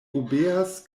obeas